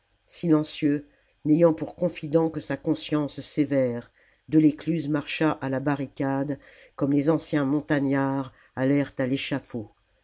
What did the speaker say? silencieux n'ayant pour la commune confident que sa conscience sévère delescluze marcha à la barricade comme les anciens montagnards allèrent à l'échafaud